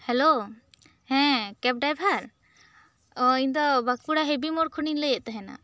hello ᱦᱮᱸ ᱠᱮᱯ ᱰᱟᱭᱵᱷᱟᱨ ᱚᱸᱻ ᱤᱧ ᱫᱚ ᱵᱟᱸᱠᱩᱲᱟ ᱦᱮᱵᱤ ᱢᱳᱲ ᱠᱷᱚᱱ ᱤᱧ ᱞᱟᱹᱭᱮᱫ ᱛᱟᱦᱮᱱᱟ